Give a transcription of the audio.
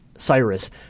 Cyrus